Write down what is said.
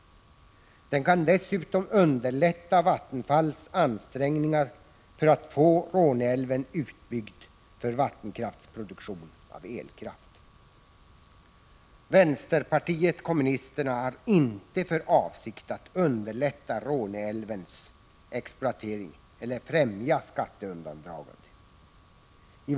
Den kan dessutom underlätta Vattenfalls ansträngningar att få Råneä Iven utbyggd för vattenkraftsproduktion av elkraft. Vänsterpartiet kommunisterna har inte för avsikt att underlätta Råneälvens exploatering eller främja skatteundandragande.